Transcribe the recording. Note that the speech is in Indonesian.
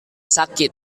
sakit